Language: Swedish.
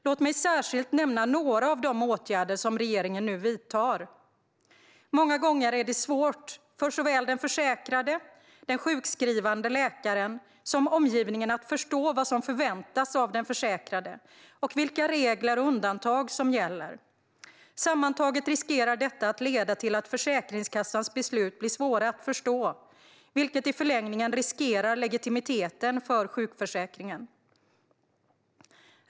Låt mig särskilt nämna några av de åtgärder som regeringen nu vidtar. Många gånger är det svårt för såväl den försäkrade som den sjukskrivande läkaren och omgivningen att förstå vad som förväntas av den försäkrade och vilka regler och undantag som gäller. Sammantaget riskerar detta att leda till att Försäkringskassans beslut blir svåra att förstå, vilket i förlängningen riskerar legitimiteten för sjukförsäkringen.